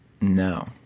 No